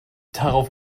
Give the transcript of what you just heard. darauf